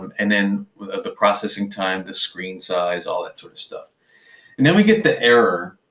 and then the processing time, the screen size, all that sort of stuff. and then we get the error.